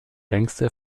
längste